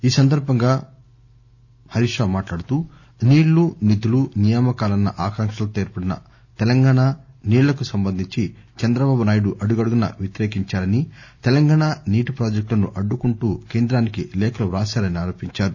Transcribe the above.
ఈ సందర్బంగా హరీశ్ రావు మాట్లాడుతూ నీళ్లు నిధులు నియామకాలన్న ఆకాంక్షలతో ఏర్పడిన తెలంగాణ నీళ్లకు సంబంధించి చంద్రబాబు అడుగడుగునా వ్యతిరేకించారని తెలంగాణ నీటి ప్రాజెక్టులను అడ్డుకుంటూ కేంద్రానికి లేఖలు రాశారని ఆరోపించారు